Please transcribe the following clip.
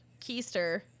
keister